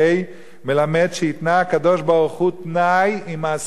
מלמד שהתנה הקדוש-ברוך-הוא תנאי עם מעשה בראשית.